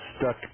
stuck